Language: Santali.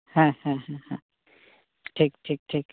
ᱦᱮᱸ ᱦᱮᱸ ᱦᱮᱸ ᱦᱮᱸ ᱴᱷᱤᱠ ᱴᱷᱤᱠ ᱴᱷᱤᱠ